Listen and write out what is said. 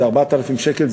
זה 4,000 שקל,